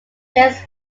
james